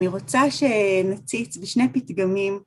אני רוצה שנציץ בשני פתגמים.